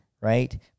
Right